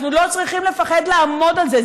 אנחנו לא צריכים לפחד לעמוד על זה.